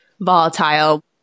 volatile